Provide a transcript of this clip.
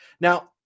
Now